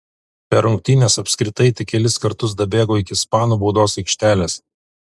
per rungtynes apskritai tik kelis kartus dabėgo iki ispanų baudos aikštelės